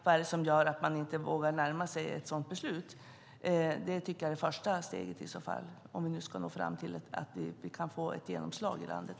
Vad är det som gör att de inte vågar närma sig ett sådant beslut? Det är första steget till att få ett genomslag i landet.